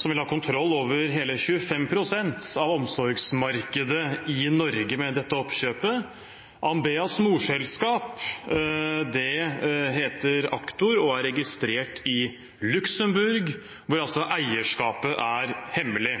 som vil ha kontroll over hele 25 pst. av omsorgsmarkedet i Norge med dette oppkjøpet. Ambeas morselskap heter Actor og er registrert i Luxembourg, hvor eierskapet